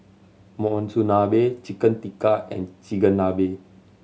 Monsunabe Chicken Tikka and Chigenabe